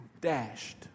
dashed